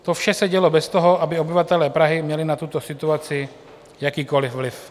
To vše se dělo bez toho, aby obyvatelé Prahy měli na tuto situaci jakýkoliv vliv.